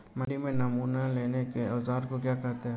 मंडी में नमूना लेने के औज़ार को क्या कहते हैं?